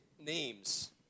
names